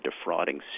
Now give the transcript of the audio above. defrauding